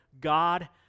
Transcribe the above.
God